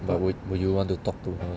would you want to talk to her